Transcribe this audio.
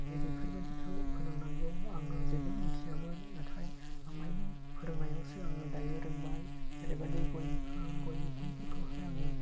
नै बेफोरबायदिखौ फोनांनांगौ आङो जेबो मिथियामोन नाथाय आमाइनि फोरोंनायावसो आङो दायो रोंबाय जेरैबायदि गय बिफां गय बिफांफोरखौहाय आङो